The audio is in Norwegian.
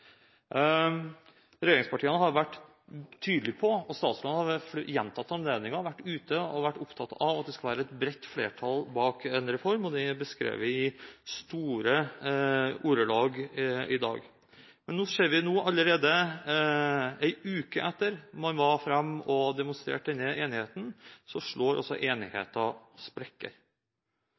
Regjeringspartiene har vært tydelige på, og statsråden har ved gjentatte anledninger vært ute og vært opptatt av, at det skal være et bredt flertall bak en reform, og det er beskrevet i store ordelag i dag. Men nå ser vi at allerede en uke etter man var framme og demonstrerte denne enigheten, slår den altså sprekker.